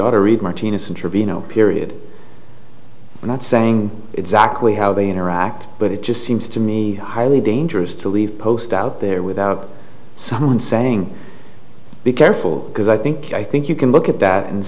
oughta read martina's interview no period we're not saying exactly how they interact but it just seems to me highly dangerous to leave post out there without someone saying be careful because i think i think you can look at that and